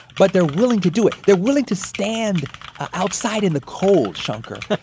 but they're willing to do it. they're willing to stand outside in the cold, shankar,